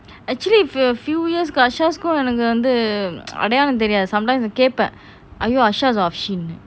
actually for a few years ashash என்னாகும் வந்து ஆடையலாம் தெரியாது:ennakum vanthu aadayalam teriyathu sometimes நான் கேப்பான் ஐயோ:naan keapan !aiyo!